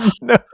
no